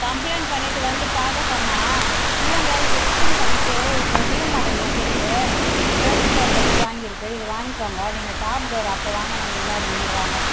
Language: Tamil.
கம்ளைண்ட் பண்ணிவிட்டு வந்து பார்க்க சொன்னால் இல்லைங்க இதை ரிட்டர்ன் பண்ணிவிட்டு இப்போது நியூ மாடல் வந்திருக்கு ஃபிரண்ட் டோர் வச்சு வாங்கியிருக்கு இது வாங்கிக்கோங்க நீங்கள் டாப் டோர் அப்போ வாங்கினீங்கள்ல அப்படின்றாங்க